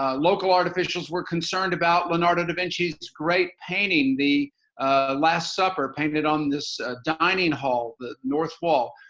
ah local art officials were concerned about leonardo da vinci's great painting, the last supper, painted on this dining hall, the north wall.